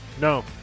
no